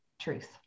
truth